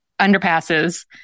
underpasses